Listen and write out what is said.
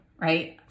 right